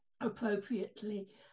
appropriately